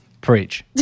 Preach